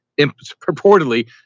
purportedly